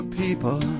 people